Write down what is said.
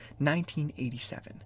1987